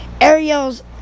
Ariel's